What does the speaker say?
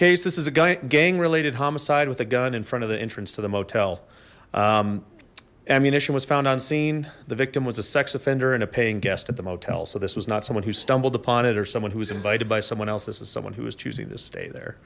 case this is a gang related homicide with a gun in front of the entrance to the motel ammunition was found on scene the victim was a sex offender and a paying guest at the motel so this was not someone who stumbled upon it or someone who was invited by someone else this is someone who was choosing this stay there